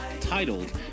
titled